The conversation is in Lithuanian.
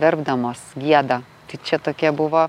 verpdamos gieda tai čia tokia buvo